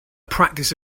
practice